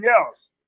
else